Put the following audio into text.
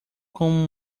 com